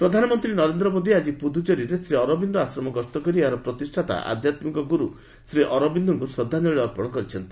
PM Aurobindo ପ୍ରଧାନମନ୍ତ୍ରୀ ନରେନ୍ଦ୍ର ମୋଦି ଆଜି ପୁଦୁଚେରୀର ଶ୍ରୀ ଅରବିନ୍ଦ ଆଶ୍ରମ ଗସ୍ତ କରି ଏହାର ପ୍ରତିଷ୍ଠାତା ଆଧ୍ୟାତ୍ମିକ ଗୁରୁ ଶ୍ରୀ ଅରବିନ୍ଦଙ୍କୁ ଶ୍ରଦ୍ଧାଞ୍ଜଳୀ ଅର୍ପଣ କରିଛନ୍ତି